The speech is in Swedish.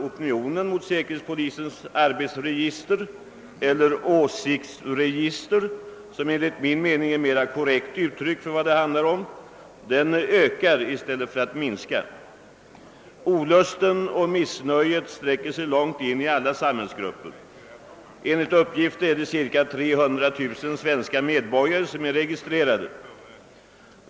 Opinionen mot säkerhetspolisens arbetsregister eller åsiktsregister, som enligt min mening är ett mer korrekt uttryck för vad det handlar om, ökar i stället för att minska. Olusten och missnöjet sträcker sig långt in i alla samhällsgrupper. Enligt uppgift är cirka 300 000 svenska medborgare registrerade.